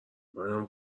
منم